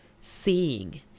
seeing